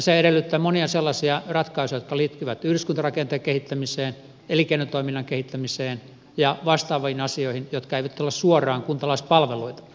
se edellyttää monia sellaisia ratkaisuja jotka liittyvät yhdyskuntarakenteen kehittämiseen elinkeinotoiminnan kehittämiseen ja vastaaviin asioihin jotka eivät ole suoraan kuntalaispalveluita